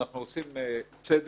אנחנו עושים צדק